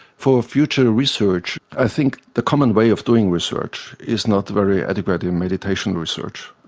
for future research i think the common way of doing research is not very adequate in meditation research.